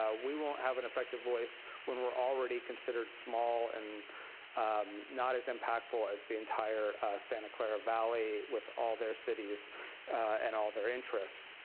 ah we won't have an effective voice when we're already considered small and not as impactful as the entire santa clara valley with all their cities and all their interests.